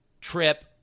Trip